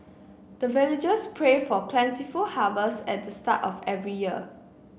the villagers pray for plentiful harvest at the start of every year